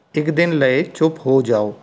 ਇੱਕ ਦਿਨ ਲਈ ਚੁੱਪ ਹੋ ਜਾਓ